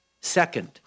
Second